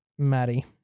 Maddie